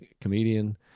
comedian